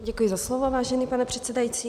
Děkuji za slovo, vážený pane předsedající.